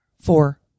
four